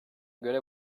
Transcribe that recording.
göre